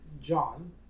John